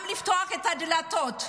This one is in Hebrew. גם לפתוח את הדלתות.